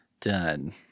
Done